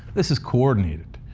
this is coordinated.